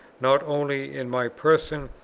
not only in my person,